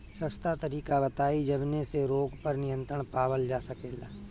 सस्ता तरीका बताई जवने से रोग पर नियंत्रण पावल जा सकेला?